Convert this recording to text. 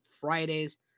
Fridays